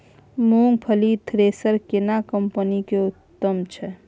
मूंगफली थ्रेसर केना कम्पनी के उत्तम छै?